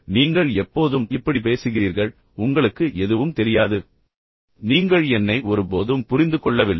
நீங்கள் ஒரு உரத்த வாய் நீங்கள் எப்போதும் இப்படி பேசுகிறீர்கள் உங்களுக்கு எதுவும் தெரியாது பின்னர் பிரபலமான உரையாடல் நீங்கள் என்னை ஒருபோதும் புரிந்து கொள்ளவில்லை